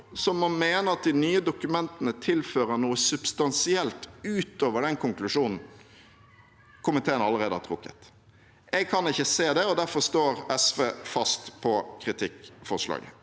som må mene at de nye dokumentene tilfører noe substansielt utover den konklusjonen komiteen allerede har trukket. Jeg kan ikke se det, og derfor står SV fast på kritikkforslaget.